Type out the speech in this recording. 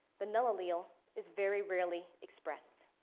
the null allele is very rarely expressed.